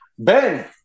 Ben